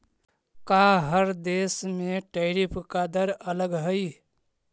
का हर देश में टैरिफ का दर अलग हई